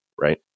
right